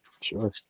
sure